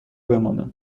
بمانه